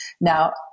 Now